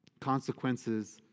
consequences